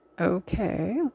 Okay